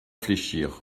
fléchir